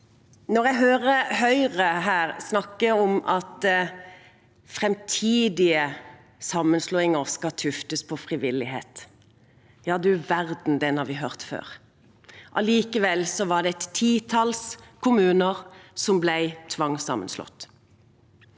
Jeg hører Høyre her snakker om at framtidige sammenslåinger skal tuftes på frivillighet. Ja, du verden, den har vi hørt før. Allikevel var det et titalls kommuner som ble tvangssammenslått.